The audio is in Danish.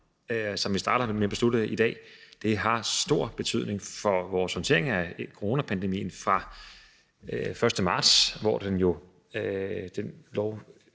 som vi starter med at beslutte i dag, har stor betydning for vores håndtering af coronapandemien fra den 1. marts, hvor loven jo